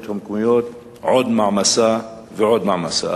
המקומיות עוד מעמסה ועוד מעמסה.